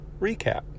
recap